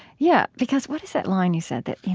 yeah, because what is that line you said, that you